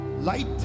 light